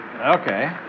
Okay